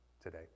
today